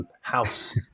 house